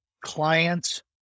clients